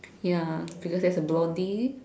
ya because there is a blondie